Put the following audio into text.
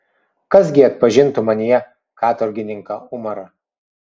kas gi atpažintų manyje katorgininką umarą